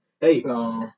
Hey